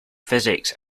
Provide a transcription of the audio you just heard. physics